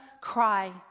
cry